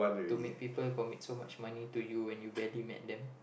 to make commit so much money to you and you barely met them